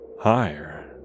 higher